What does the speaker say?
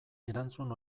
erantzun